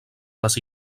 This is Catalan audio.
les